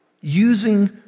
using